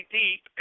deep